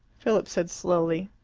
philip said slowly,